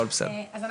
אני